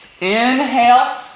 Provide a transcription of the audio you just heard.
inhale